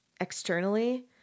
externally